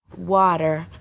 water.